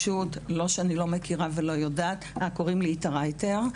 שמי איטה רייטר,